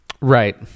right